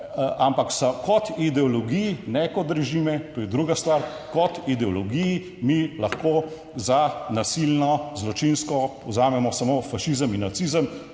ampak kot ideologiji, ne kot režime, to je druga stvar, kot ideologiji mi lahko za nasilno, zločinsko vzamemo samo fašizem in nacizem,